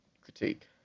critique